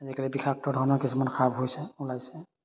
আজিকালি বিশাক্ত ধৰণৰ কিছুমান সাপ হৈছে ওলাইছে